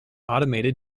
automated